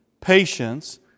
patience